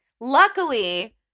Luckily